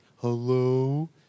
Hello